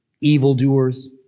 evildoers